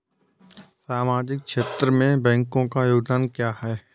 सामाजिक क्षेत्र में बैंकों का योगदान क्या है?